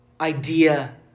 idea